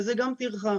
וזה גם טרחה.